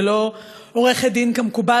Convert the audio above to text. ולא עורכת-דין כמקובל.